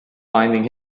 finding